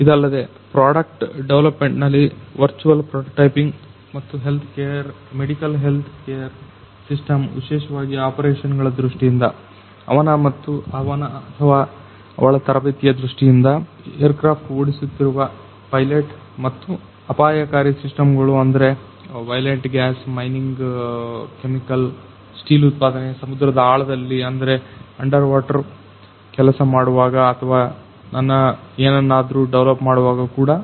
ಇದಲ್ಲದೆ ಪ್ರಾಡಕ್ಟ್ ಡೆವಲಪ್ಮೆಂಟ್ನಲ್ಲಿ virtual prototyping ಮತ್ತು ಮೆಡಿಕಲ್ ಹೆಲ್ತ್ಕೇರ್ ಸಿಸ್ಟಮ್ ವಿಶೇಷವಾಗಿ ಆಪರೇಷನ್ಗಳ ದೃಷ್ಠಿಯಿಂದ ಅವನ ಅಥವಾ ಅವಳ ತರಬೇತಿಯ ದೃಷ್ಠಿಯಿಂದ ಎರ್ಕ್ರಾಫ್ಟ್ ಓಡಿಸುತ್ತಿರುವ ಪೈಲೆಟ್ ಮತ್ತು ಅಪಯಾಕಾರಿ ಸಿಸ್ಟಮ್ಗಳು ಅಂದ್ರೆ violent gas mining chemical steel ಉತ್ಪಾದನೆ ಸಮುದ್ರದ ಆಳದಲ್ಲಿ ಅಂದ್ರೆ ಅಂಡರ್ ವಾಡರ್ ಕೆಲಸಮಾಡುವಾಗ ಅಥವಾ ಎನನ್ನಾದ್ರು ಡೆವಲಪ್ ಮಾಡುವಾಗ ಕೂಡ